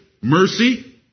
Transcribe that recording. mercy